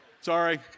Sorry